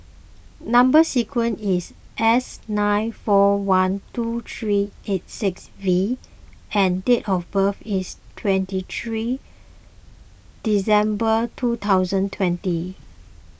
Number Sequence is S nine four one two three eight six V and date of birth is twenty three December two thousand twenty